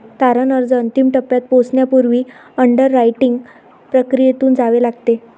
तारण अर्ज अंतिम टप्प्यात पोहोचण्यापूर्वी अंडररायटिंग प्रक्रियेतून जावे लागते